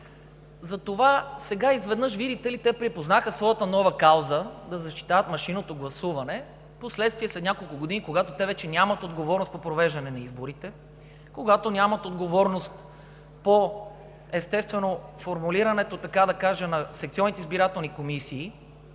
затова сега изведнъж, видите ли, те припознаха своята нова кауза – да защитават машинното гласуване, впоследствие, след няколко години, когато те вече нямат отговорност по провеждане на изборите, когато нямат отговорност по, естествено, формулирането, така да кажа, на секционните избирателни комисии